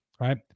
right